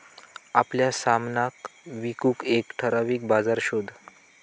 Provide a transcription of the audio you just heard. आपल्या सामनाक विकूक एक ठराविक बाजार शोध